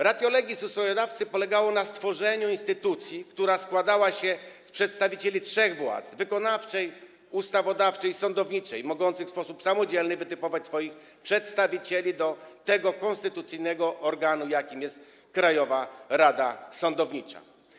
Ratio legis ustrojodawcy polegało na stworzeniu instytucji, która składała się z przedstawicieli trzech władz: wykonawczej, ustawodawczej i sądowniczej, mogących samodzielnie wytypować swoich przedstawicieli do konstytucyjnego organu, jakim jest Krajowa Rada Sądownictwa.